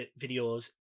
videos